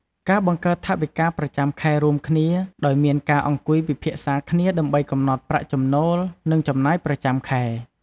ការបង្កើតថវិកាប្រចាំខែរួមគ្នា ដោយមានការអង្គុយពិភាក្សាគ្នាដើម្បីកំណត់ប្រាក់ចំណូល និងចំណាយប្រចាំខែ។